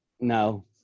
No